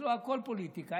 אצלו הכול פוליטיקה,